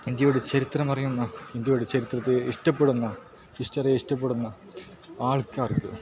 ഇന്ത്യയുടെ ചരിത്രമറിയുന്ന ഇന്ത്യയുടെ ചരിത്രത്തെ ഇഷ്ടപെടുന്ന ഹിസ്റ്ററിയെ ഇഷ്ടപെടുന്ന ആൾക്കാർക്ക്